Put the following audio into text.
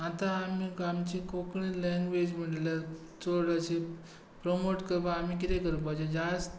आतां आमी आमची कोंकणी लँग्वेज म्हणल्यार थोडीशी प्रमोट करपा आमी कितें करपाचें जास्त तें